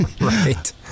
Right